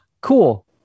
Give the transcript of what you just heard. Cool